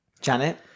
Janet